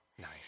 Nice